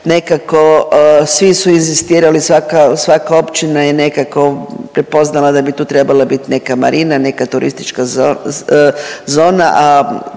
nekako svi su inzistirali svaka, svaka općina je nekako prepoznala da bi tu trebala biti neka marina, neka turistička zona,